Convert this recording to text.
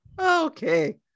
Okay